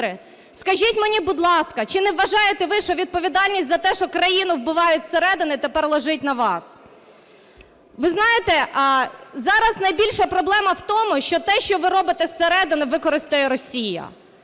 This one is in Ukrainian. Скажіть мені, будь ласка, чи не вважаєте ви, що відповідальність за те, що країну вбивають зсередини, тепер лежить на вас? Ви знаєте, зараз найбільша проблема в тому, що те, що ви робите зсередини, використає Росія.